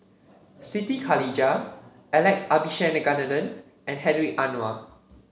Siti Khalijah Alex Abisheganaden and Hedwig Anuar